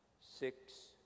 six